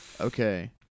Okay